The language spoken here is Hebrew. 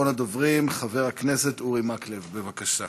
אחרון הדוברים, חבר הכנסת אורי מקלב, בבקשה.